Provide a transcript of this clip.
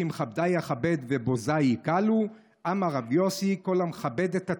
"כי מכבדי אכבד ובזי יקלו" אמר רבי יוסי: כל המכבד את התורה,